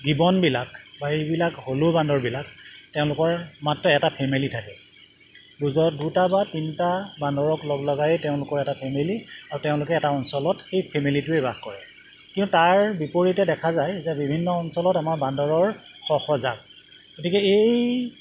গিবনবিলাক বা এইবিলাক হ'লৌ বান্দৰবিলাক তেওঁলোকৰ মাত্ৰ এটা ফেমিলি থাকে বুজাত দুটা বা তিনিটা বান্দৰক লগ লগাই তেওঁলোকৰ এটা ফেমিলি আৰু তেওঁলোকে এটা অঞ্চলত সেই ফেমিলিটোৱেই বাস কৰে কিন্তু তাৰ বিপৰীতে দেখা যায় যে বিভিন্ন অঞ্চলত আমাৰ বান্দৰৰ শ শ জাক গতিকে এই